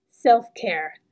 Self-care